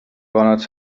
gonna